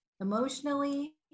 emotionally